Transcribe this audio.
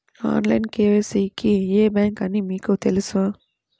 Online KYC కి ఏ bank అని మీకు తెలుసా?